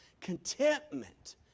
contentment